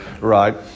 right